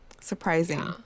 Surprising